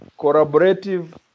collaborative